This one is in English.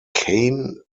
cane